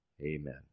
Amen